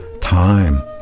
time